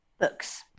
Books